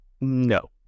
No